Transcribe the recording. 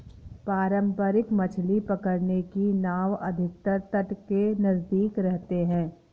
पारंपरिक मछली पकड़ने की नाव अधिकतर तट के नजदीक रहते हैं